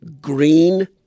green